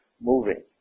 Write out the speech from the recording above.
moving